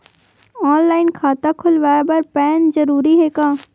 Online खाता खुलवाय बर पैन जरूरी हे का?